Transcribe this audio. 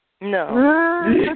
No